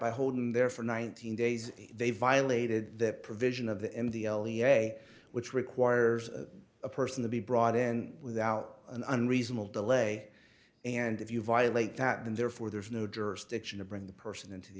by holding there for nineteen days they violated that provision of the in the way which requires a person to be brought in without an unreasonable delay and if you violate that and therefore there is no jurisdiction to bring the person into the